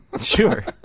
Sure